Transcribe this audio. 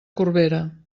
corbera